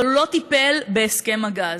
אבל הוא לא טיפל בהסכם הגז.